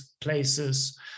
places